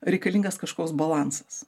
reikalingas kažkoks balansas